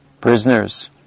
prisoners